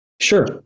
Sure